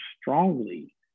strongly